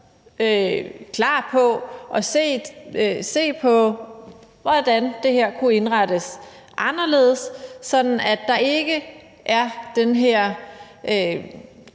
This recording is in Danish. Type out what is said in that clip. klar til at se på, hvordan det her kunne indrettes anderledes, sådan at der ikke er det her